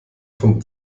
vom